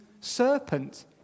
serpent